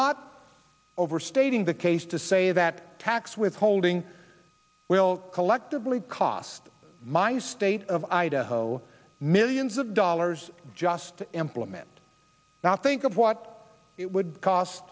not overstating the case to say that tax withholding will collectively cost my state of idaho millions of dollars just to implement not think of what it would cost